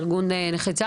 ארגון נכי צה"ל.